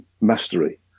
mastery